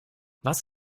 was